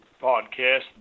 podcast